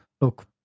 look